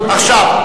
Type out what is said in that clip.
עכשיו,